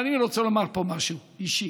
אבל אני רוצה לומר פה משהו אישי,